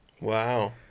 Wow